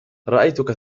رأيتك